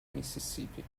mississippi